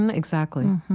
and exactly.